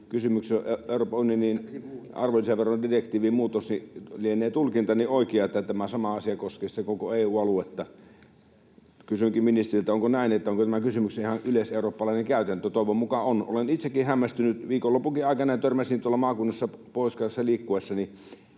kysymyksessä on Euroopan unionin arvonlisäverodirektiivin muutos, joten lienee tulkintani oikea, että tämä sama asia koskee sitten koko EU-aluetta. Kysynkin ministeriltä: onko näin, että tässä on kysymyksessä ihan yleiseurooppalainen käytäntö? Toivon mukaan on. Olen itsekin hämmästynyt, kun viikonlopunkin aikana törmäsin tuolla maakunnassa, Pohjois-Karjalassa, liikkuessani